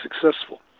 successful